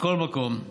מכל מקום,